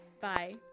Bye